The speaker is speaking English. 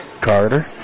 Carter